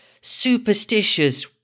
superstitious